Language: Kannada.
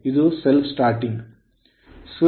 ಇದು self starting